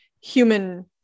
human